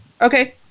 Okay